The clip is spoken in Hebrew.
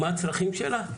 מה הצרכים שלה?